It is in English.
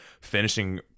finishing